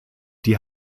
die